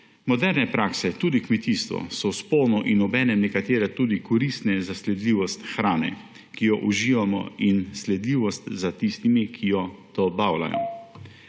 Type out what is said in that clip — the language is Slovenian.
Moderne prakse, tudi v kmetijstvu, so v vzponu in obenem nekatere tudi koristne za sledljivost hrane, ki jo uživamo, in sledljivost za tistimi, ki jo dobavljajo.